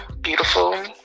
beautiful